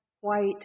white